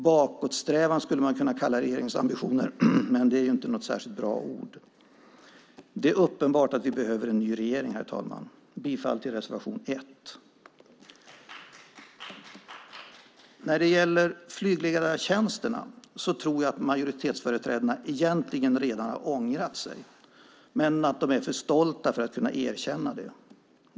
Bakåtsträvande skulle man kunna kalla regeringens ambitioner, men det är inte något särskilt bra ord. Det är uppenbart att vi behöver en ny regering, herr talman. Jag yrkar bifall till reservation 1. När det gäller flygledartjänsterna tror jag att majoritetsföreträdarna egentligen redan har ångrat sig men att de är för stolta för att kunna erkänna det.